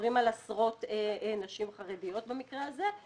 מדברים על עשרות נשים חרדיות במקרה הזה.